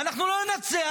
ואנחנו לא ננצח,